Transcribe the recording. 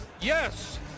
yes